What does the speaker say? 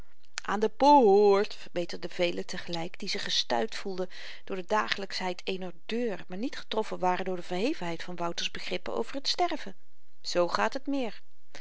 aan de poort verbeterden velen tegelyk die zich gestuit voelden door de dagelyksheid eener deur maar niet getroffen waren door de verhevenheid van wouter's begrippen over t sterven zoo gaat het meer